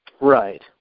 Right